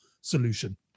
solution